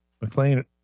McLean